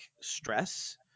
stress